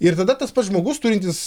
ir tada tas pats žmogus turintis